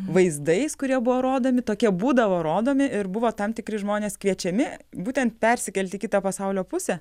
vaizdais kurie buvo rodomi tokie būdavo rodomi ir buvo tam tikri žmonės kviečiami būtent persikelt į kitą pasaulio pusę